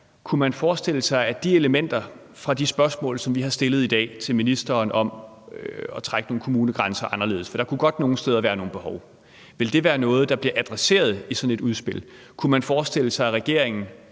kunne forestille sig, at de elementer fra de spørgsmål, som vi har stillet til ministeren i dag, om at trække nogle kommunegrænser anderledes – for der kunne godt nogle steder være nogle behov – vil være noget, der bliver adresseret i sådan et udspil? Man er åbenbart meget